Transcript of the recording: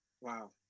Wow